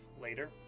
later